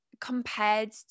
compared